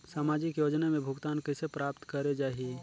समाजिक योजना ले भुगतान कइसे प्राप्त करे जाहि?